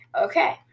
Okay